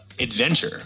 Adventure